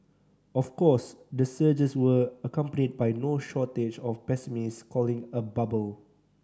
of course the surges were accompanied by no shortage of pessimists calling a bubble